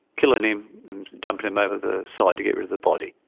killing him, and dumping him over the side to get rid of the body.